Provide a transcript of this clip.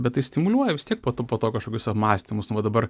bet tai stimuliuoja vis tiek po to po to kažkokius apmąstymus va dabar